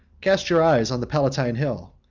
cast your eyes on the palatine hill,